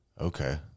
Okay